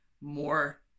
more